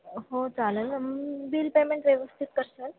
हो चालेल मग बिल पेमेंट व्यवस्थित करशल